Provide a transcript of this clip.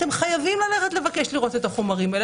אתם חייבים ללכת לבקש לראות את החומרים האלה,